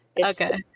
Okay